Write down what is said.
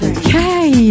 okay